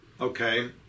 Okay